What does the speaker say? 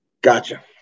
Gotcha